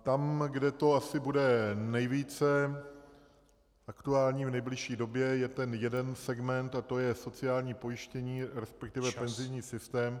Tam, kde to asi bude nejvíce aktuální v nejbližší době, je ten jeden segment a to je sociální pojištění, resp. penzijní systém.